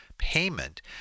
payment